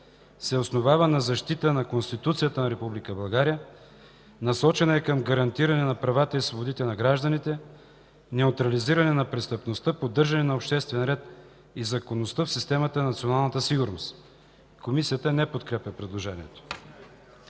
се основава на защитата на Конституцията на Република България. Насочена е към гарантиране на правата и свободите на гражданите, неутрализиране на престъпността, поддържане на обществения ред и законността в системата за национална сигурност.” Комисията не подкрепя предложението.